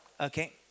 okay